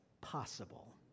possible